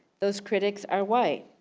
those critics are white.